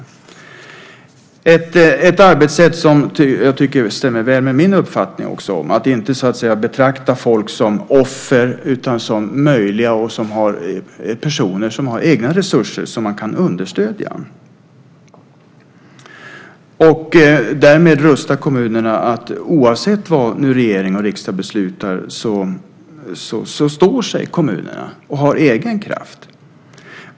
Det var ett arbetssätt som väl stämmer överens med min uppfattning, alltså att inte betrakta folk som offer utan som personer med möjligheter och egna resurser som kan understödjas. Därmed skulle man rusta kommunerna så att de, oavsett vad regering och riksdag beslutar, står på egna ben och av egen kraft.